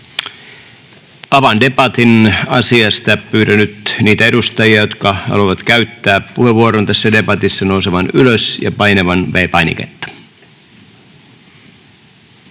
Avaan debatin asiasta ja pyydän nyt niitä edustajia, jotka haluavat käyttää puheenvuoron tässä debatissa, nousemaan ylös ja painamaan V-painiketta.